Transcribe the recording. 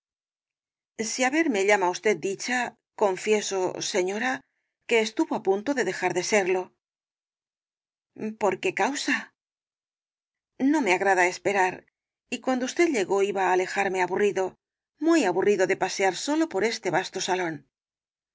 á verme llama usted dicha confieso señora que estuvo á punto de dejar de serlo por qué causa no me agrada esperar y cuando usted llegó iba á alejarme aburrido muy aburrido de pasear solo por este vasto salón oh